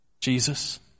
Jesus